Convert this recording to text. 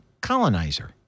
colonizer